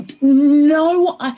no